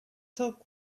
talk